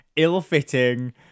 Ill-fitting